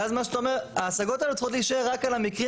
ואז ההשגות האלה צריכות להישאר רק על המקרים